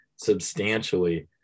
substantially